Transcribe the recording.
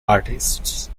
artists